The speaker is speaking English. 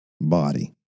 body